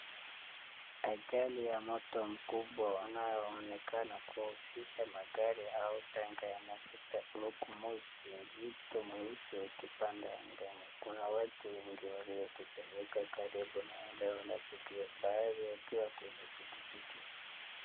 Ajali ya moto mkubwa unaonekana kuhusisha magari au tanka ya mafuta huku moshi yazito mzito mweusi ukipanda aangani. Kuna watu wengi waliokusanyika karibu na eneo la tukio baadhi wakiwa kwenye pikipiki.